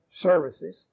services